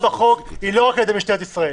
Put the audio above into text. בחוק היא לא רק על ידי משטרת ישראל,